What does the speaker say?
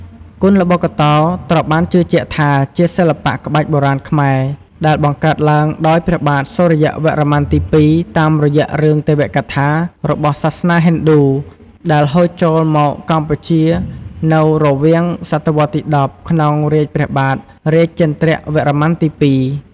គុនល្បុក្កតោ ត្រូវបានជឿជាក់ថា ជាសិល្បៈក្បាច់គុនបុរាណខ្មែរ ដែលបង្កើតឡើងដោយ ព្រះបាទសូរ្យវរ្ម័នទី២ តាមរយៈរឿងទេវៈកថា របស់សាសនាហិណ្ឌូ ដែលហូរចូលមកកម្ពុជានូវរវាងស.វទី១០ ក្នុងរាជព្រះបាទរាជេន្ទ្រវរ្ម័នទី២។